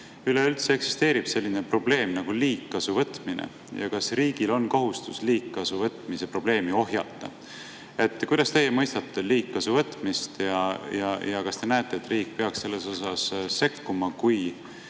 üleüldse eksisteerib selline probleem nagu liigkasuvõtmine ja kas riigil on kohustus liigkasuvõtmise probleemi ohjata? Kuidas teie mõistate liigkasuvõtmist ja kas te näete, et riik peaks sekkuma, kui